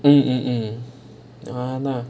hmm hmm hmm !hanna!